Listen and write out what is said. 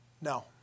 No